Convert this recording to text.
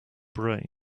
about